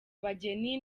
abageni